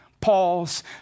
Paul's